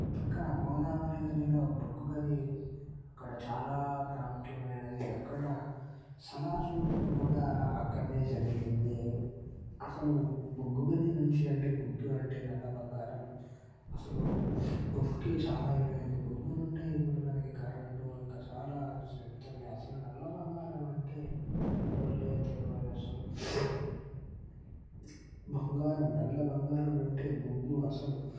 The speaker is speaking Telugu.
పక్కన గోదావరి గనిలో బొగ్గు గని అక్కడ చాలా ప్రాముఖ్యమైనది అక్కడ సలార్ షూటింగ్ కూడా అక్కడ జరిగింది అసలు బొగ్గు గని నుంచి అంటే బొగ్గు అంటే నల్ల బంగారం అసలు బొగ్గు చాలా విలువైనది బొగ్గు నుండి ఇప్పుడు కరెంటు మనకు ఇంకా చాలా చిక్కుతున్నాయి అసలు నల్ల బంగారం అంటే తెలవదే తెలవదు అసలు బంగారం నల్ల బంగారం అంటే బొగ్గు అసలు